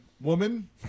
Woman